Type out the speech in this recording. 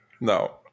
No